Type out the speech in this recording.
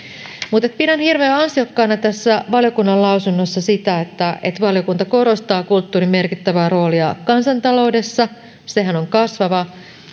pidän hirveän ansiokkaana tässä valiokunnan lausunnossa sitä että että valiokunta korostaa kulttuurin merkittävää roolia kansantaloudessa sehän on kasvava